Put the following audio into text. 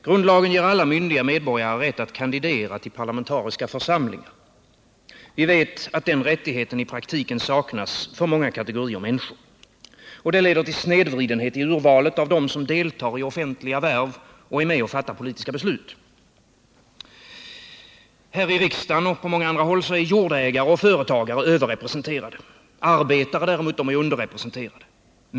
Grundlagen ger alla myndiga medborgare rätt att kandidera till parlamentariska församlingar. Vi vet att den rättigheten i praktiken saknas för många kategorier människor. Detta leder till snedvridenhet i urvalet av dem som deltar i offentliga värv och är med och fattar politiska beslut. Här i riksdagen och på många andra håll är jordägare och företagare överrepresenterade. Arbetare är däremot underrepresenterade.